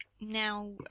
now